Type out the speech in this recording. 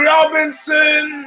Robinson